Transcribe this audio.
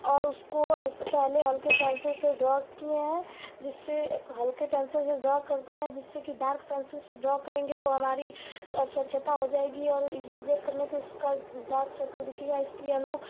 और उसको पहले हल्के पेंसिल से ड्रॉ किए हैं जिससे हल्के पेंसिल से ड्रॉ करते हैं जिससे कि डार्क पेंसिल से ड्रॉ करेंगे तो हमारी असच्छता हो जाएगी और इरेज़र करने पर उसका डार्क सर्कल दिखेगा इसलिए हम लोग